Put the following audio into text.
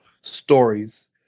stories